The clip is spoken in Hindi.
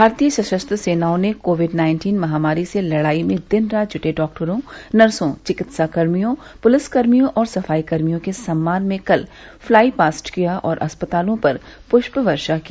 भारतीय सशस्त्र सेनाओं ने कोविड नाइन्टीन महामारी से लड़ाई में दिन रात जुटे डॉक्टरों नर्सों चिकित्सा कर्मियों पुलिस कर्मियों और सफाई कर्मियों के सम्मान में कल फ्लाईपास्ट किया और अस्पतालों पर पुष्प वर्षा की